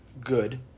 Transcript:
good